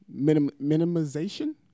minimization